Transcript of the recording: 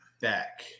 back